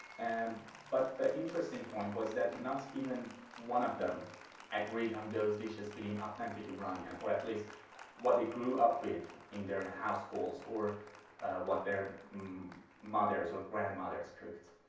and but the interesting point was that not even one of them agreed on those dishes being authentic iranian, or at least what they grew up with in their households, or what their mothers or grandmothers cooked.